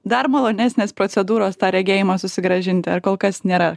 dar malonesnės procedūros tą regėjimą susigrąžinti ar kol kas nėra